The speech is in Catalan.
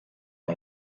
amb